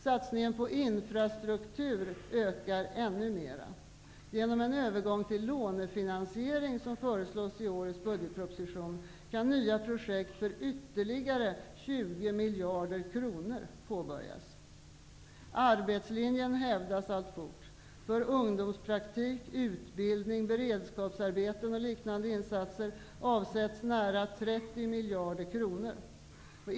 Satsningen på infrastruktur ökar ännu mera. Genom en övergång till lånefinansiering, som föreslås i årets budgetproposition, kan nya projekt för ytterligare 20 miljarder kronor påbörjas. Arbetslinjen hävdas alltfort. För ungdomspraktik, utbildning, beredskapsarbeten och liknande insatser avsätts nära 30 miljarder kronor.